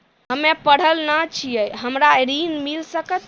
हम्मे पढ़ल न छी हमरा ऋण मिल सकत?